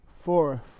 four